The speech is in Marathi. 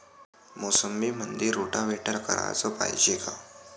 मोसंबीमंदी रोटावेटर कराच पायजे का?